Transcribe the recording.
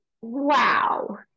wow